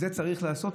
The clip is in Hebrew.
עם זה צריך להתמודד.